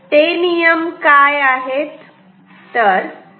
ते नियम काय आहेत